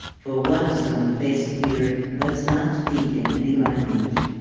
for once on the face of the earth, let's not speak in any language